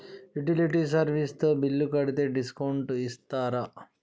Utility service తో bill కడితే discount ఇస్తరా?